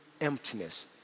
emptiness